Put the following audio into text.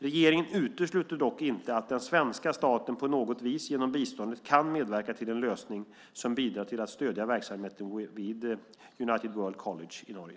Regeringen utesluter dock inte att den svenska staten på något vis genom biståndet kan medverka till en lösning som bidrar till att stödja verksamheten vid United World College i Norge.